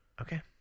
Okay